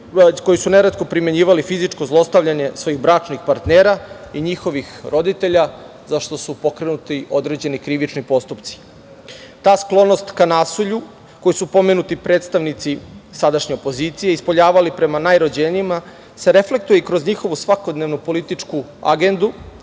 koji su neretko primenjivali fizičko zlostavljanje svojih bračnih partnera i njihovih roditelja, za šta su pokrenuti određeni krivični postupci. Ta sklonost ka nasilju koju su pomenuti predstavnici sadašnje opozicije ispoljavali prema najrođenijima se reflektuje i kroz njihovu svakodnevnu političku agendu